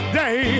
day